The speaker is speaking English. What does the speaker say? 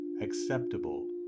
acceptable